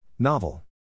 Novel